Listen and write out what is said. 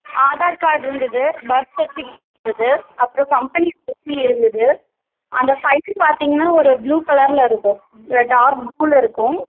Aadhaar card இருந்தது birth certificate இருந்தது அப்புறம் கம்பெனியோடய கீ இருந்தது அந்த ஃபைல் பார்த்தீங்கனா ஒரு ப்ளூ கலரில் இருக்கும் டார்க் ப்ளூவில் இருக்கும்